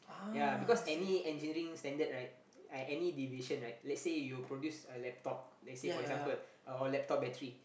ya because any engineering standard right I any deviation right let's say you produce a laptop let's say for example or a laptop battery